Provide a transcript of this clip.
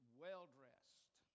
well-dressed